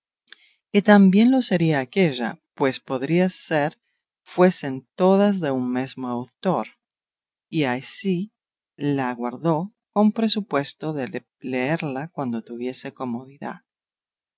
que también lo sería aquélla pues podría ser fuesen todas de un mesmo autor y así la guardó con prosupuesto de leerla cuando tuviese comodidad